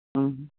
ꯎꯝ